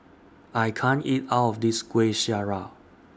I can't eat All of This Kueh Syara